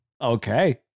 Okay